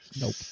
Nope